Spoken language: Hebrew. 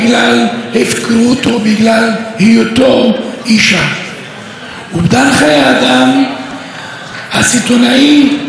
אובדן חיי האדם הסיטונאי בתאונות עבודה הוא הפקרות לשמה.